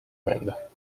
venda